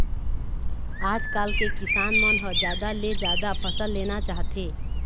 आजकाल के किसान मन ह जादा ले जादा फसल लेना चाहथे